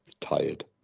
Tired